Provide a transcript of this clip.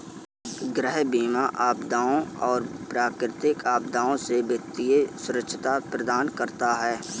गृह बीमा आपदाओं और प्राकृतिक आपदाओं से वित्तीय सुरक्षा प्रदान करता है